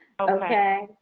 Okay